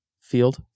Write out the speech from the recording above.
field